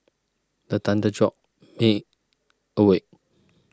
the thunder jolt me awake